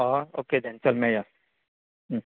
हय okay then चल मेळयां